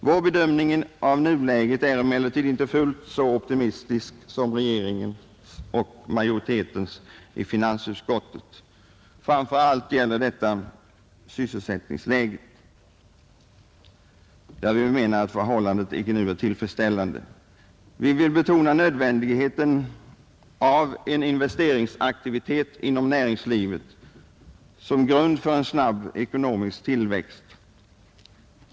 Vår bedömning av nuläget är emellertid inte fullt så optimistisk som regeringens och majoritetens i finansutskottet. Framför allt gäller detta sysselsättningsläget, där vi menar att förhållandet icke är tillfredsställande. Vi vill betona nödvändigheten av en investeringsaktivitet inom näringslivet som grund för en snabb ekonomisk tillväxt.